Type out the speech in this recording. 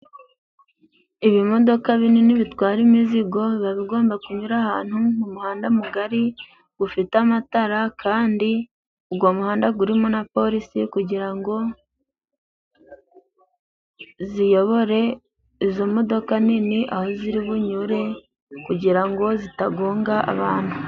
Ibimodoka binini bitwara imizigo biba bigomba kunyura ahantu mu muhanda mu gari gufite amatara kandi ugo muhanda gurimo na porisi kugira ngo ziyobore izo modoka nini aho ziri bunyure kugira ngo zitagonga abantu.